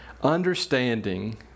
Understanding